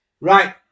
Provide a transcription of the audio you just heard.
Right